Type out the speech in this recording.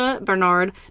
Bernard